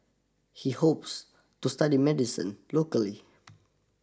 he hopes to study medicine locally